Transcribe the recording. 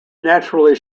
naturally